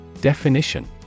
Definition